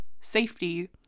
safety